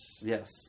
Yes